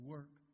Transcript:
Work